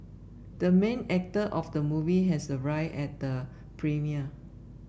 the main actor of the movie has arrived at the premiere